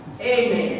Amen